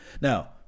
Now